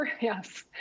Yes